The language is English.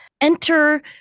enter